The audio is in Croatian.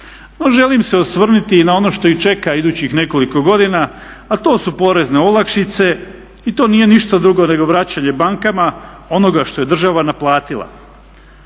No želim se osvrnuti i na ono što ih čeka idućih nekoliko godina a to su porezne olakšice i to nije ništa drugo nego vraćanje bankama onoga što je država naplatila.